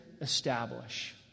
establish